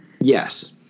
Yes